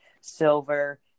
silver